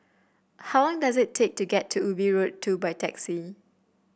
how long does it take to get to Ubi Road Two by taxi